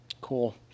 Cool